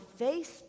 Facebook